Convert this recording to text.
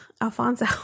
Alfonso